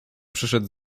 przyszedł